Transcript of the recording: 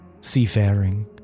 seafaring